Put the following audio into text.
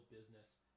business